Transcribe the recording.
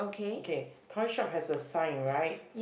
okay toy shop has a sign right